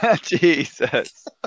Jesus